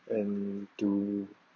and to